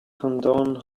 condone